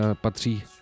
patří